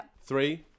Three